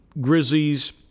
Grizzlies